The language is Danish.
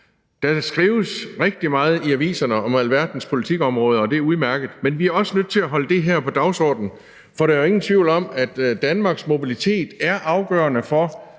Der skrives rigtig meget i aviserne om alverdens politikområder, og det er udmærket, men vi er også nødt til at holde det her på dagsordenen, for der er jo ingen tvivl om, at Danmarks mobilitet er afgørende for